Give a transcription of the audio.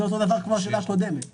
זה אותו דבר כמו השאלה הקודמת.